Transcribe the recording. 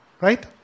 Right